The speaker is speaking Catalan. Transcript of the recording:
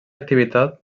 activitat